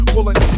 Pulling